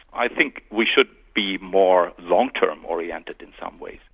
i think we should be more long-term oriented in some ways.